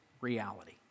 reality